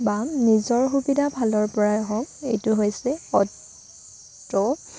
বা নিজৰ সুবিধাৰ ফালৰ পৰাই হওক এইটো হৈছে অ'টো